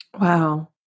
Wow